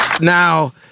now